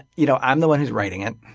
you know i'm the one who's writing it